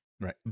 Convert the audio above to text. Right